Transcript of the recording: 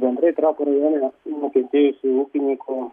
bendrai trakų rajone nukentėjusių ūkininkų